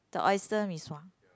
the oyster-Mee-Sua